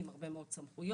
עם הרבה מאוד סמכויות,